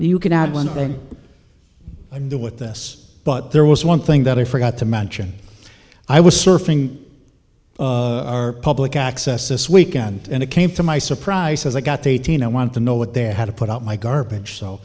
you can add one thing i do with this but there was one thing that i forgot to mention i was surfing our public access this weekend and it came to my surprise as i got to eighteen i wanted to know what they had to put out my garbage so